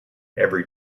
every